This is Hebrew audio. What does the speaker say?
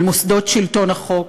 על מוסדות שלטון החוק.